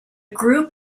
group